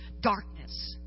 darkness